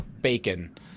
bacon